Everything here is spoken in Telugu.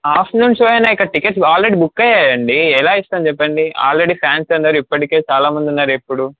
ఆఫ్టర్నూన్ షో అయిన ఇక్కడ టిక్కెట్లు ఆల్రెడీ బుక్ అయ్యాయి కదండి ఎలా ఇస్తాం చెప్పండి ఆల్రెడీ ఫాన్స్ అందరు ఇప్పటికే చాలా మంది ఉన్నారు ఇప్పుడు